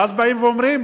ואז באים ואומרים: